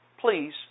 please